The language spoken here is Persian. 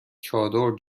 چادر